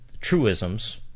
truisms